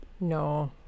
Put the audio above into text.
No